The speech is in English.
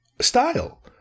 style